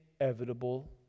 inevitable